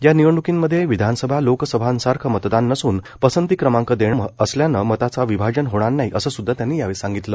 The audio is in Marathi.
या निवडणुकीमध्ये विधानसभा लोकसभासारंख मतदान नसून पसंती क्रमांक देणे असल्यानं मताचा विभाजन होणार नाही असं सुद्धा त्यांनी सांगितलं